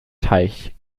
teich